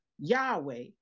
Yahweh